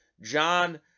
John